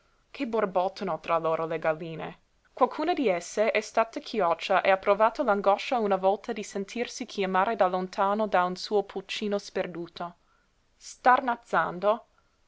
galline che borbottano tra loro le galline qualcuna di esse è stata chioccia e ha provato l'angoscia una volta di sentirsi chiamare da lontano da un suo pulcino sperduto